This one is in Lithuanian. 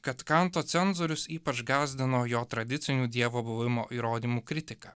kad kanto cenzorius ypač gąsdino jo tradicinių dievo buvimo įrodymų kritika